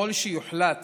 יכול להיות שיוחלט